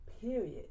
Period